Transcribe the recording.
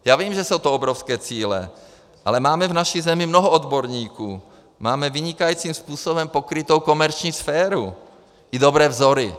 Já vím, že jsou to obrovské cíle, ale máme v naší zemi mnoho odborníků, máme vynikajícím způsobem pokrytou komerční sféru i dobré vzory.